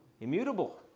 Immutable